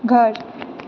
घर